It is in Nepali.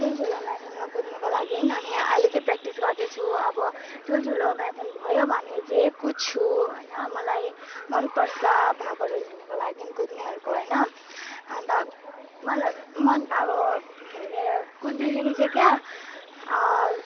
ठुल्ठुलो म्याराथनमा कुद्नको लागि अनि अहिले चाहिँ प्र्याक्टिस गर्दैछु अब ठुल्ठुलो म्याराथन भयो भने चाहिँ कुद्छु होइन मलाई मनपर्छ भागहरू लिनको लागि कुद्नेहरूको होइन अन्त मलाई मन अब के अरे कुद्दैखेरि चाहिँ क्या